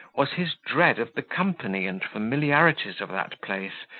was his dread of the company and familiarities of that place,